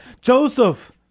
Joseph